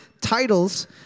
titles